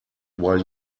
while